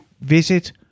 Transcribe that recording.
visit